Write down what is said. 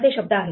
असे शब्द आहेत